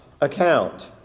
account